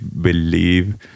believe